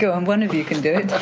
go on, one of you can do it.